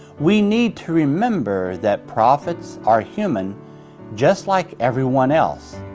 we need to remember that prophets are human just like everyone else.